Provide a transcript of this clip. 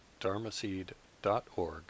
dharmaseed.org